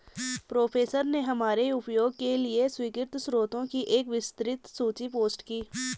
professor ने हमारे उपयोग के लिए स्वीकृत स्रोतों की एक विस्तृत सूची पोस्ट की